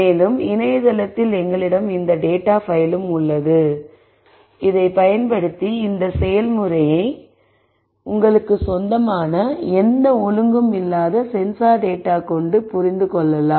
மேலும் இணையதளத்தில் எங்களிடம் இந்த டேட்டா பைலும் உள்ளது இதை பயன்படுத்தி இந்த செயல்முறையை உங்களுக்கு சொந்தமான எந்த ஒழுங்கும் இல்லாத சென்சார் டேட்டா கொண்டு புரிந்து கொள்ளலாம்